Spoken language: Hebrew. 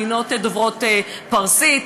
מדינות דוברות פרסית,